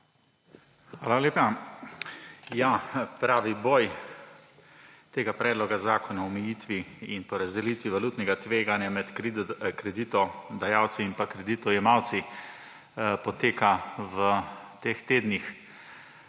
Hvala lepa. Ja, pravi boj tega predloga zakona o omejitvi in porazdelitvi valutnega tveganja med kreditodajalci in kreditojemalci poteka v teh tednih.